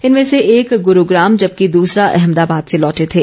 इनमें से एक गुरूग्राम जबकि दूसरा अहमदाबाद से लौटे थे